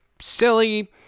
silly